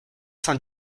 saint